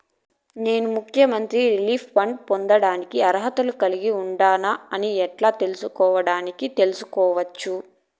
నేను ముఖ్యమంత్రి relief fund పొందేకి అర్హత కలిగి ఉండానా అని ఎలా తెలుసుకోవడానికి తెలుసుకోవచ్చు